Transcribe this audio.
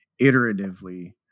iteratively